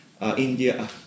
India